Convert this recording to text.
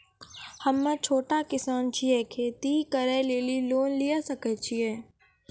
हम्मे छोटा किसान छियै, खेती करे लेली लोन लिये सकय छियै?